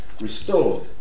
restored